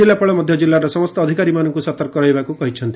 ଜିଲ୍ଲାପାଳ ମଧ୍ଧ ଜିଲ୍ଲାର ସମସ୍ତ ଅଧିକାରୀଙ୍କୁ ସତର୍କ ରହିବାକୁ କହିଛନ୍ତି